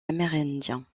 amérindiens